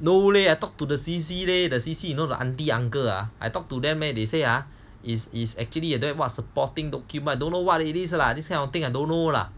no leh I talk to the C_C leh the C_C you know the auntie uncle ah I talk to them then they say ah is is actually don't have what supporting document don't know what leh this kind of thing I don't know lah